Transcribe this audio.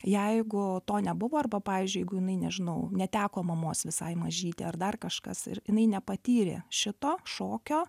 jeigu to nebuvo arba pavyzdžiui jeigu jinai nežinau neteko mamos visai mažytė ar dar kažkas ir jinai nepatyrė šito šokio